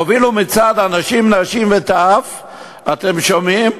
הובילו מצעד אנשים, נשים וטף, אתם שומעים,